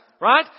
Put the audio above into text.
Right